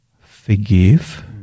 forgive